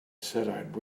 said